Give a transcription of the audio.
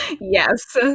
Yes